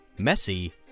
messy